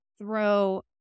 throw